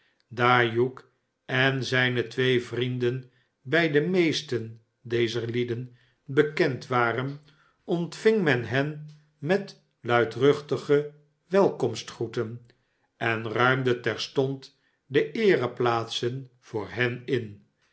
hugh en zijne twee vrienden bij de meesten dezer lieden bekend waren ontving men hen met luidruchtige welkomstgroeten en ruimde terstond de eereplaatsen voor hen in